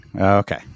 Okay